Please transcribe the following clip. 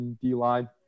D-line